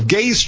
Gay